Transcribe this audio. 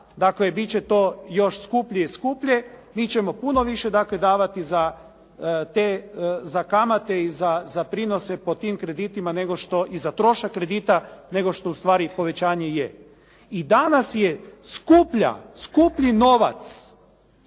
dakle bit će to još skuplje i skuplje. Mi ćemo puno više dakle davati za te za kamate i za prinose po tim kreditima nego što i za trošak kredita nego što u stvari povećanje i je. I danas je skuplji novac